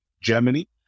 Germany